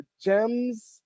GEMS